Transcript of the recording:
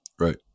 Right